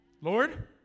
Lord